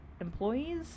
employees